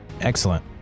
Excellent